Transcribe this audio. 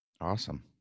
Awesome